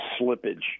slippage